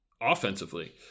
offensively